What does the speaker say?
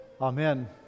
Amen